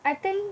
I think